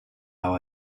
how